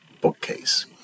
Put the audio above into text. bookcase